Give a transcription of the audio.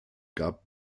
gab